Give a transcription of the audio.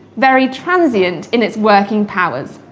very transient in its working powers.